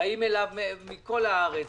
באים אליו מכל הארץ,